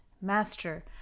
Master